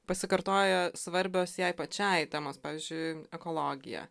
pasikartojo svarbios jai pačiai temos pavyzdžiui ekologija